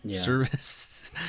service